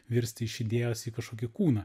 virsti iš idėjos į kažkokį kūną